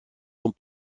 sont